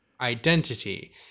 identity